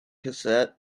cassette